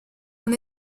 con